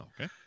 Okay